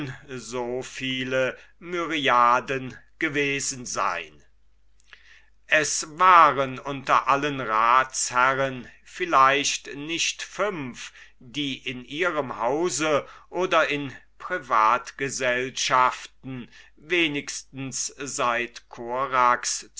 so viele myriaden gewesen sein es waren im ganzen senat vielleicht nicht fünfe die in ihrem hause oder in privatgesellschaften wenigstens seit korax